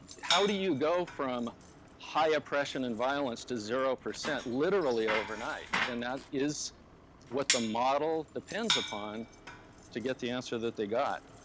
how do you go from high oppression and violence to zero percent literally overnight? and that is what the model depends upon to get the answer that they got.